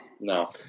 No